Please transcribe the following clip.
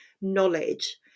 knowledge